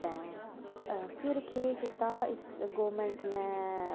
तां फिर केह् कीता हा गौरमेंट नै